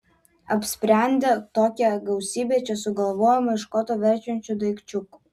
apsprendė tokią gausybę čia sugalvojamų iš koto verčiančių daikčiukų